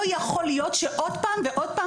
לא יכול להיות שעוד פעם ועוד פעם